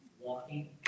walking